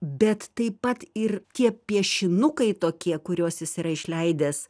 bet taip pat ir tie piešinukai tokie kuriuos jis yra išleidęs